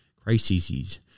crises